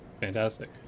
fantastic